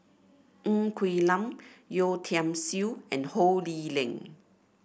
Ng Quee Lam Yeo Tiam Siew and Ho Lee Ling